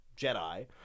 Jedi